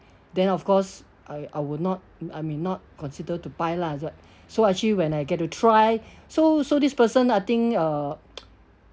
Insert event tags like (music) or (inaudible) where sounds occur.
then of course I will not I mean not consider to buy lah so so actually when I get to try so so this person I think uh (noise)